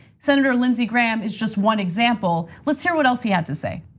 senator lindsey graham is just one example, let's hear what else he had to say.